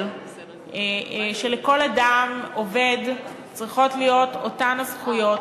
שלכל אדם עובד צריכות להיות אותן הזכויות,